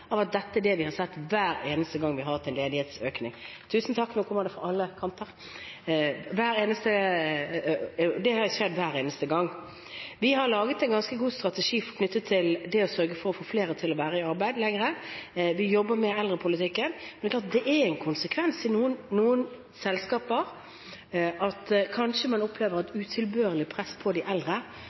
at dette er det vi har sett hver eneste gang vi har hatt en ledighetsøkning. – Tusen takk, nå kommer det fra alle kanter .– Det har skjedd hver eneste gang. Vi har laget en ganske god strategi knyttet til det å sørge for å få flere til å være i arbeid lenger. Vi jobber med eldrepolitikken. Det er klart det er en konsekvens i noen selskaper at man kanskje opplever et utilbørlig press på de eldre